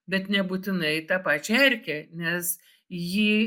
bet nebūtinai tą pačią erkę nes ji